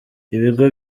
ibigo